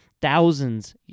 thousands